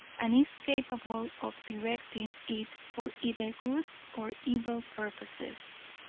and is capable of directing it for either good or evil purposes.